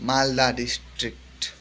Malda district